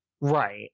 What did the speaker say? right